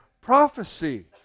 prophecy